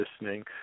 listening